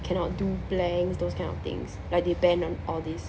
cannot do planks those kind of things like they ban [one] all this